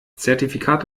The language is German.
zertifikat